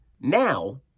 Now